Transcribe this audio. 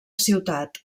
ciutat